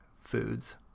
Foods